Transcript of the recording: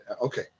Okay